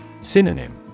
Synonym